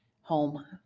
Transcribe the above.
home